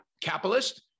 capitalist